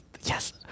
yes